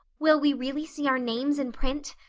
will we really see our names in print?